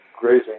grazing